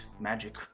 magic